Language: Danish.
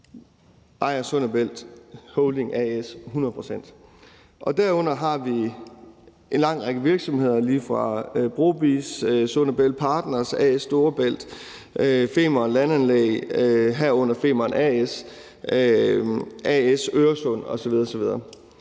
ejer Sund & Bælt Holding A/S 100 pct., og derunder har vi en lang række virksomheder, lige fra BroBizz, Sund & Bælt Partner, A/S Storebælt, Femern Landanlæg, herunder Femern A/S, A/S Øresund osv. osv.,